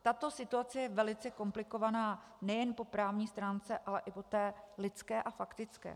Tato situace je velice komplikovaná nejen po právní stránce, ale i po té lidské a faktické.